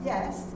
Yes